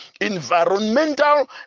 environmental